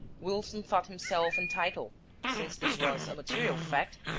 wilson thought himself entitled, since this was a material fact,